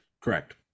Correct